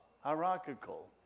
hierarchical